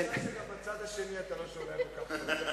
שגם בצד השני אתה לא שומע כל כך טוב.